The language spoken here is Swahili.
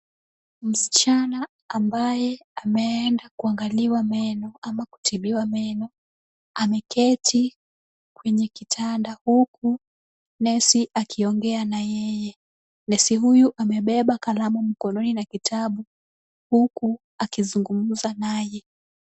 Msichana ambaye ameenda kuangaliwa au kutibiwa meno ameketi kwenye kitanda huku nesi akiongea na yeye. Nesi huyu amebeba kalamu na kitabu mkononi huku akizungumza naye.